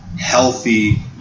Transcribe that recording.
healthy